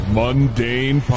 mundane